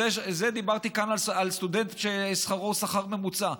ודיברתי כאן על סטודנט ששכרו שכר ממוצע.